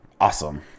awesome